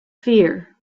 fear